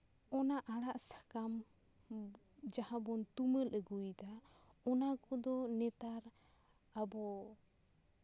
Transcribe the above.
ᱚᱱᱟ ᱟᱲᱟᱜ ᱥᱟᱠᱟᱢ ᱡᱟᱦᱟᱸ ᱵᱚᱱ ᱛᱩᱢᱟᱹᱞ ᱟᱹᱜᱩᱭᱮᱫᱟ ᱚᱱᱟ ᱠᱚᱫᱚ ᱱᱮᱛᱟᱨ ᱟᱵᱚ